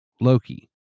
Loki